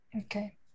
Okay